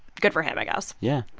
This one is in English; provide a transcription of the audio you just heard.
good for him, i guess yeah.